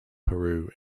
peru